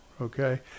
okay